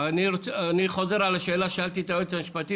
אני חוזר על השאלה ששאלתי את היועץ המשפטי